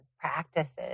practices